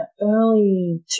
early